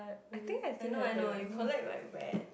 really I know I know you collect like rats